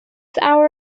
hour